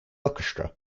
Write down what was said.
orchestra